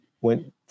went